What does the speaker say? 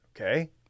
okay